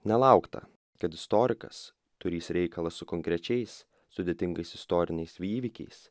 nelaukta kad istorikas turįs reikalą su konkrečiais sudėtingais istoriniais vįvykiais